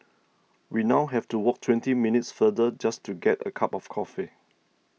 we now have to walk twenty minutes farther just to get a cup of coffee